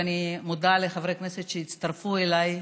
ואני מודה לחברי הכנסת שהצטרפו אליי,